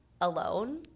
alone